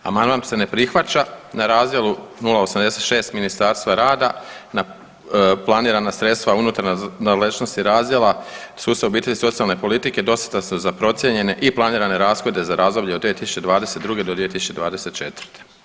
Amandman se ne prihvaća, na razdjelu 086 Ministarstva rada planirana sredstva unutar nadležnosti razdjela sustava obitelji i socijalne politike dostatna su za procijenjene i planirane rashode za razdoblje od 2022.-2024.